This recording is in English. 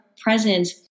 presence